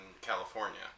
California